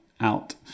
out